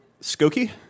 Skokie